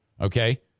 Okay